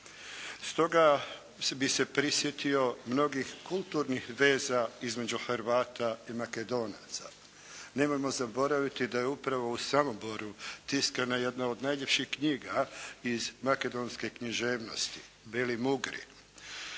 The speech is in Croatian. Stoga bi se prisjetio mnogih kulturnih veza između Hrvata i Makedonaca. Nemojmo zaboraviti da je upravo u Samoboru tiskana jedna od najljepših knjiga iz makedonske književnosti "Beli mugri".